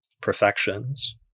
Perfections